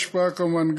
כמובן,